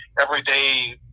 everyday